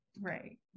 right